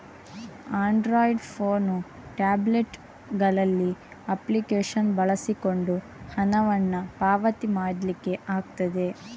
Android phone, tablet ಗಳಲ್ಲಿ application ಬಳಸಿಕೊಂಡು ಹಣವನ್ನ ಪಾವತಿ ಮಾಡ್ಲಿಕ್ಕೆ ಆಗ್ತದೆ